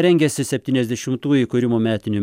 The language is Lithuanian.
rengiasi septyniasdešimtų įkūrimo metinių